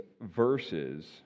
verses